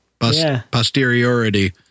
posteriority